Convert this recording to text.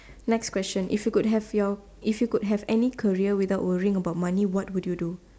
next question if you could have your if you could have any career without worrying about money what would you do